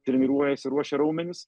treniruojasi ruošia raumenis